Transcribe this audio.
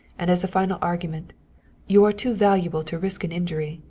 and as a final argument you are too valuable to risk an injury.